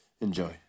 Enjoy